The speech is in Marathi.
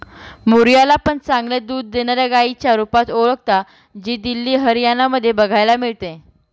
मुर्रा ला पण चांगले दूध देणाऱ्या गाईच्या रुपात ओळखता, जी दिल्ली, हरियाणा मध्ये बघायला मिळते